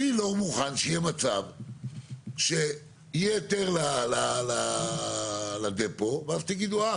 אני לא מוכן שיהיה מצב שיהיה היתר לדפו ואז תגידו אה,